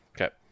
Okay